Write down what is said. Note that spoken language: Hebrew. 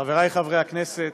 חברי חברי הכנסת,